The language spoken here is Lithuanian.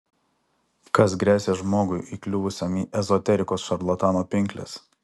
kas gresia žmogui įkliuvusiam į ezoterikos šarlatano pinkles